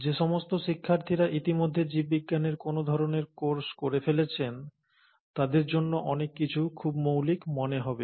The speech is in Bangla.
যে সমস্ত শিক্ষার্থীরা ইতিমধ্যে জীববিজ্ঞানের কোন ধরণের কোর্স করে ফেলেছেন তাদের জন্য অনেক কিছু খুব মৌলিক মনে হবে